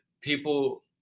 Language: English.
People